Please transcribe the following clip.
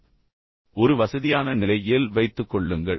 எனவே உங்களை ஒரு வசதியான நிலையில் வைத்துக்கொள்ளுங்கள்